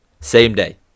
same-day